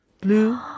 Blue